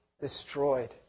destroyed